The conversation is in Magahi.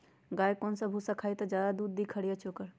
गाय कौन सा भूसा खाई त ज्यादा दूध दी खरी या चोकर?